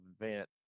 event